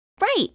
Right